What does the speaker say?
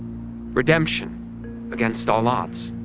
redemption against all odds.